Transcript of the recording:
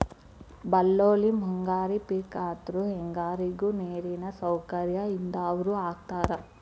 ಬಳ್ಳೋಳ್ಳಿ ಮುಂಗಾರಿ ಪಿಕ್ ಆದ್ರು ಹೆಂಗಾರಿಗು ನೇರಿನ ಸೌಕರ್ಯ ಇದ್ದಾವ್ರು ಹಾಕತಾರ